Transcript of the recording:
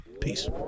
Peace